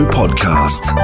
podcast